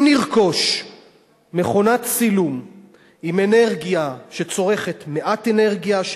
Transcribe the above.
אם נרכוש מכונת צילום שצורכת מעט אנרגיה,